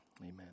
amen